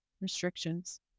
restrictions